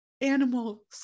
animal